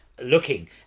Looking